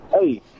Hey